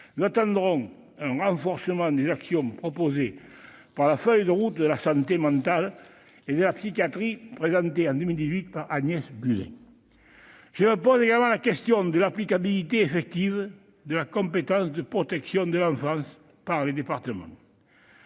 Nous attendons un renforcement des actions proposées dans la feuille de route de la santé mentale et de la psychiatrie présentée en 2018 par Agnès Buzyn. Je me pose également la question de l'applicabilité effective de la compétence en matière de protection de l'enfance des départements.